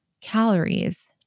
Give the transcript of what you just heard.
calories